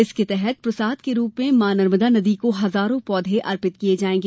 इसके तहत प्रसाद के रूप में माँ नर्मदा नदी को हजारों पौधे अर्पित किये जा रहे हैं